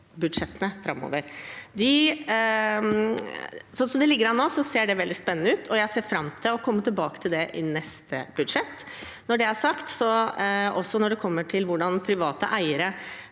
Slik det ligger an nå, ser det veldig spennende ut, og jeg ser fram til å komme tilbake til det i neste budsjett. Når det er sagt: Når det gjelder at private eiere